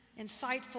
Insightful